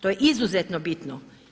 To je izuzetno bitno.